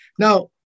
Now